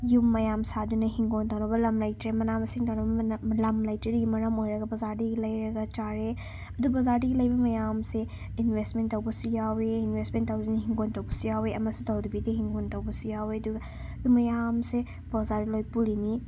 ꯌꯨꯝ ꯃꯌꯥꯝ ꯁꯥꯗꯨꯅ ꯍꯤꯡꯒꯣꯟ ꯇꯧꯅꯕ ꯂꯝ ꯂꯩꯇ꯭ꯔꯦ ꯃꯅꯥ ꯃꯁꯤꯡ ꯇꯧꯅꯕ ꯂꯝ ꯂꯩꯇ꯭ꯔꯦ ꯑꯗꯨꯅ ꯃꯔꯝ ꯑꯣꯏꯔꯒ ꯕꯖꯥꯔꯗꯒꯤ ꯂꯩꯔꯒ ꯆꯥꯔꯦ ꯑꯗꯨ ꯕꯖꯥꯔꯗꯒꯤ ꯂꯩꯕ ꯃꯌꯥꯝꯁꯦ ꯏꯟꯚꯦꯁꯃꯦꯟ ꯇꯧꯕꯁꯨ ꯌꯥꯎꯋꯦ ꯏꯟꯚꯦꯁꯃꯦꯟ ꯇꯧꯗꯨꯅ ꯍꯤꯡꯒꯣꯟ ꯇꯧꯕꯁꯨ ꯌꯥꯎꯋꯦ ꯑꯃꯁꯨ ꯇꯧꯗꯕꯤꯗ ꯍꯤꯡꯒꯣꯟ ꯇꯧꯕꯁꯨ ꯌꯥꯎꯋꯦ ꯑꯗꯨꯒ ꯑꯗꯨ ꯃꯌꯥꯝꯁꯦ ꯕꯖꯥꯔ ꯂꯣꯏ ꯄꯨꯜꯂꯤꯅꯤ